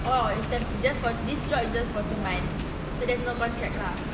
oh is the just for this job is just for two month so there's no contract lah